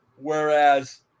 Whereas